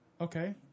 Okay